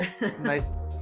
nice